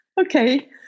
Okay